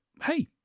hey